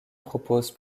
propose